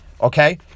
Okay